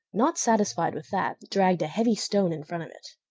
not satisfied with that, dragged a heavy stone in front of it.